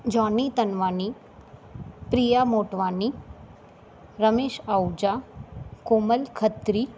जौनी तनवानी प्रिया मोटवानी रमेश आहूजा कोमल खत्री